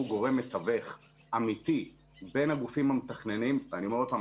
גורם מתווך אמיתי בין הגופים המתכננים אני אומר שוב,